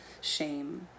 shame